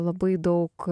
labai daug